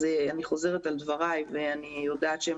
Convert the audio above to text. אני חוזרת על דבריי ואני יודעת שהדברים